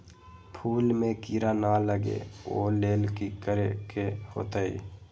फूल में किरा ना लगे ओ लेल कि करे के होतई?